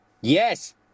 Yes